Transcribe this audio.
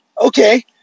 okay